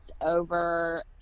over